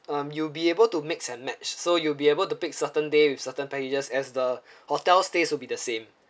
um you'll be able to mix and match so you'll be able to pick certain day with certain packages as the hotel stays will be the same